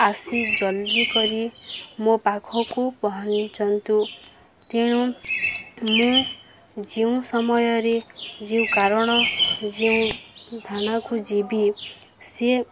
ଆସି ଜଲ୍ଦି କରି ମୋ ପାଖକୁ ପହଞ୍ଚନ୍ତୁ ତେଣୁ ମୁଁ ଯେଉଁ ସମୟରେ ଯେଉଁ କାରଣ ଯେଉଁ ଧାନାକୁ ଯିବି ସିଏ